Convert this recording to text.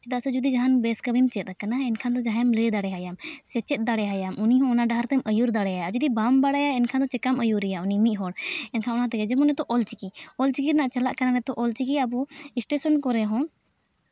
ᱪᱮᱫᱟᱜ ᱥᱮ ᱡᱩᱫᱤ ᱡᱟᱦᱟᱱ ᱵᱮᱥ ᱠᱟᱹᱢᱤᱢ ᱪᱮᱫ ᱠᱟᱱᱟ ᱮᱱᱠᱷᱟᱱ ᱫᱚ ᱡᱟᱦᱟᱸᱭᱮᱢ ᱞᱟᱹᱭ ᱫᱟᱲᱮ ᱟᱭᱟᱢ ᱥᱮ ᱪᱮᱫ ᱫᱟᱲᱮ ᱟᱭᱟᱢ ᱩᱱᱤ ᱦᱚᱸ ᱚᱱᱟ ᱰᱟᱦᱟᱨ ᱛᱮᱢ ᱟᱹᱭᱩᱨ ᱫᱟᱲᱮ ᱟᱭᱟᱢ ᱟᱨ ᱡᱩᱫᱤ ᱵᱟᱢ ᱵᱟᱲᱟᱭᱟ ᱮᱱᱠᱷᱟᱱ ᱫᱚ ᱪᱤᱠᱟᱹᱢ ᱟᱹᱭᱩᱨᱮᱭᱟ ᱩᱱᱤ ᱢᱤᱫ ᱦᱚᱲ ᱮᱱᱠᱷᱟᱱ ᱚᱱᱟ ᱛᱮᱜᱮ ᱡᱮᱢᱚᱱ ᱱᱤᱛᱚᱜ ᱚᱞᱪᱤᱠᱤ ᱚᱞᱪᱤᱠᱤ ᱨᱮᱱᱟᱜ ᱪᱟᱞᱟᱜ ᱠᱟᱱᱟ ᱱᱤᱛᱚᱜ ᱚᱞᱪᱤᱠᱤ ᱟᱵᱚ ᱥᱴᱮᱥᱚᱱ ᱠᱚᱨᱮᱫ ᱦᱚᱸ